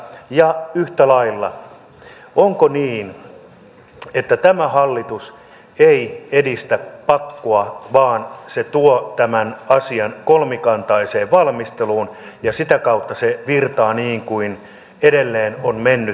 ja yhtä lailla onko niin että tämä hallitus ei edistä pakkoa vaan se tuo tämän asian kolmikantaiseen valmisteluun ja sitä kautta se virtaa niin kuin edelleen on mennyt